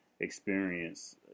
experience